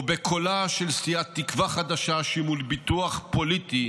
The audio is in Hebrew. או בקולה של סיעת תקווה חדשה, שמול ביטוח פוליטי